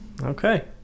okay